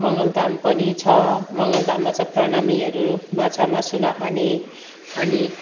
मङ्गल धाम पनि छ मङ्गल धाममा चाहिँ प्रणामीहरू माछा मासु नखाने अनि